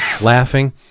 laughing